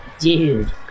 dude